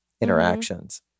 interactions